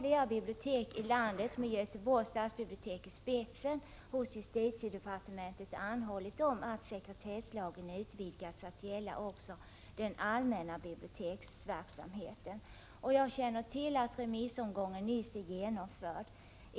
Flera bibliotek i landet, med Göteborgs stadsbibliotek i spetsen, har alltså hos justitiedepartementet anhållit om att sekretesslagen utvidgas till att gälla också den allmänna biblioteksverksamheten. Jag känner till att remissomgången är genomförd.